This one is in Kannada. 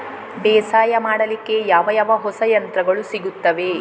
ಬೇಸಾಯ ಮಾಡಲಿಕ್ಕೆ ಯಾವ ಯಾವ ಹೊಸ ಯಂತ್ರಗಳು ಸಿಗುತ್ತವೆ?